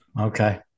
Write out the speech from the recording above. Okay